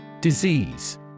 Disease